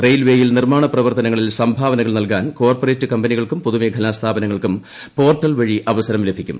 റെയിൽവേയിൽ നിർമ്മാണ പ്രവർത്തനങ്ങളിൽ സംഭാവനകൾ നൽകാൻ കോർപറേറ്റ് കമ്പനികൾക്കും പൊതുമേഖലാ സ്ഥാപനങ്ങൾക്കും പോർട്ടൽ വഴി അവസരം ലഭിക്കും